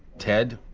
ted.